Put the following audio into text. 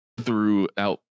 throughout